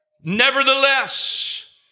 Nevertheless